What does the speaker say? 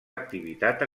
activitat